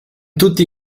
tutti